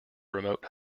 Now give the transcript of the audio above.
remote